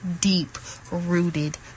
deep-rooted